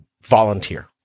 volunteer